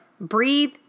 breathe